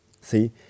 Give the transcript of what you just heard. See